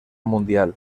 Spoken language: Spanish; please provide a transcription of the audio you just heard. mundial